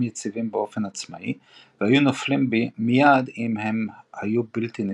יציבים באופן עצמאי והיו נופלים מייד אם הם היו בלתי נשלטים.